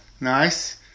Nice